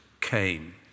came